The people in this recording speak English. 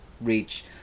reach